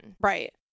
Right